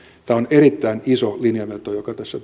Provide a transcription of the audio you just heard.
tämä on erittäin iso linjanveto joka tässä